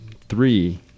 Three